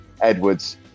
Edwards